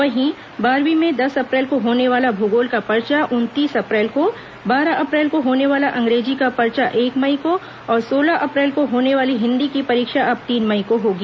वहीं बारहवीं में दस अप्रैल को होने वाला भूगोल का पर्चा उनतीस अप्रैल को बारह अप्रैल को होने वाला अंग्रेजी का पर्चा एक मई को और सोलह अप्रैल को होने वाली हिन्दी की परीक्षा अब तीन मई को होगी